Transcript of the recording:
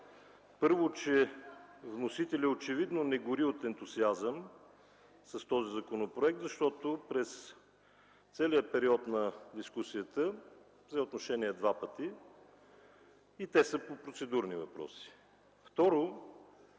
Първо, че вносителят очевидно не гори от ентусиазъм с този законопроект, защото през целия период на дискусията взе отношение два пъти и те са по процедурни въпроси.